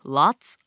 lots